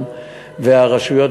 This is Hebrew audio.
והרשויות,